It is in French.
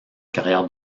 carrière